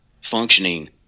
functioning